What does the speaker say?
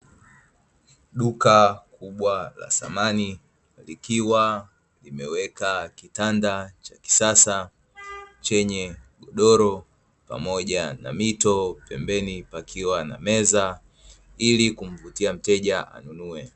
Duka kubwa la samani, likiwa limeweka kitanda cha kisasa chenye godoro pamoja na mito, pembeni pakiwa na meza ili kumvutia mteja anunue.